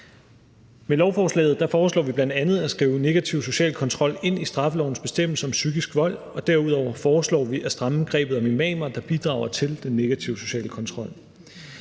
Med lovforslaget foreslår vi bl.a. at skrive negativ social kontrol ind i straffelovens bestemmelse om psykisk vold, og derudover foreslår vi at stramme grebet om imamer, der bidrager til den negative sociale kontrol.